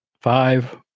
Five